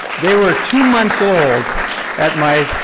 they were two months old at my,